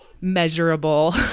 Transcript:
measurable